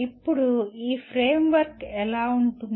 ఇప్పుడు ఈ ఫ్రేమ్వర్క్ ఎలా ఉంటుంది